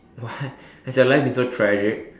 what has your life been so tragic